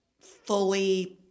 fully